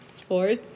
Sports